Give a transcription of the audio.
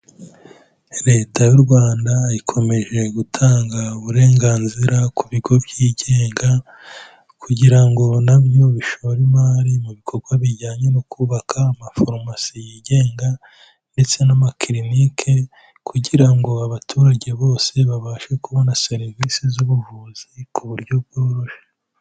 Leta y'u Rwanda ikomeje gutanga uburenganzira ku bigo byigenga, kugira ngo na byo bishore imari mu bikorwa bijyanye no kubaka amaforomasi yigenga ndetse n'amakirinike, kugira ngo abaturage bose babashe kubona serivisi z'ubuvuzi ku buryo bworoshye.